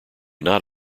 not